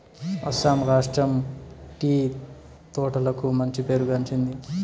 అస్సాం రాష్ట్రం టీ తోటలకు మంచి పేరు గాంచింది